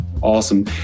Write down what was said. Awesome